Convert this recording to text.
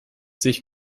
sich